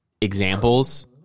examples